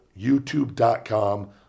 youtube.com